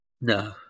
No